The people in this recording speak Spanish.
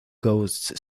ghost